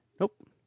Nope